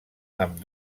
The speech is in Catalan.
amb